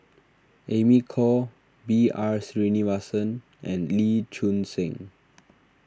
Amy Khor B R Sreenivasan and Lee Choon Seng